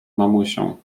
mamusią